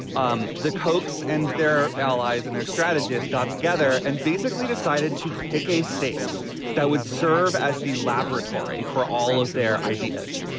um the cokes and their allies and their strategists got together and basically decided to pick a states that would serve as the laboratory for all of their ideas.